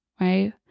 right